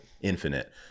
infinite